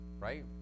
right